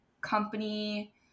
company